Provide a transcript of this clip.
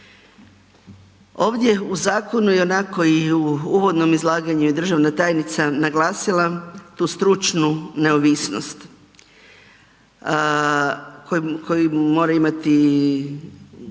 Ovdje u zakonu ionako i u uvodnom izlaganju je državna tajnica naglasila tu stručnu neovisnost koju, koju mora imati,